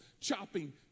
chopping